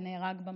ונהרג במקום.